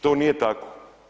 To nije tako.